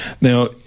Now